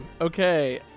Okay